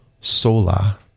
sola